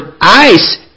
ice